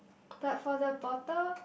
but for the bottle